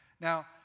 Now